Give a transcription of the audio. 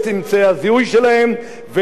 ולקחת את ה-DNA שלהם,